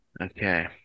okay